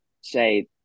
say